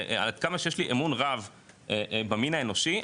עד כמה שיש לי אמון רב במין האנושי,